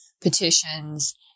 petitions